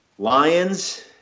Lions